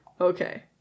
Okay